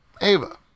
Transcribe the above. Ava